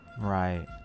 right